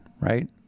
right